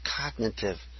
cognitive